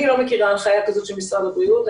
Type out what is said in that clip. אני לא מכירה הנחיה כזאת של משרד הבריאות.